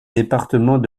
département